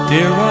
Dear